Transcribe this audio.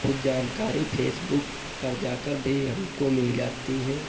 कुछ जानकारी फेसबुक पर जाकर भी हमको मिल जाती हैं